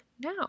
now